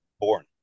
born